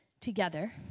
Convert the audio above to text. together